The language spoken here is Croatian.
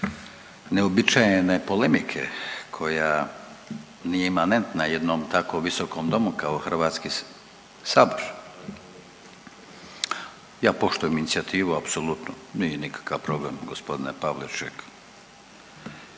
neuobičajene polemike koja nije imanentna jednom tako visokom domu kao Hrvatski sabor. Ja poštujem inicijativu, apsolutno, nije nikakav problem, g. Pavliček,